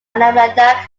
alameda